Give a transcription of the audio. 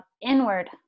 inward